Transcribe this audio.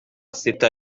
sita